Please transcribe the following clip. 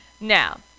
Now